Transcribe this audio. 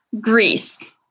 Greece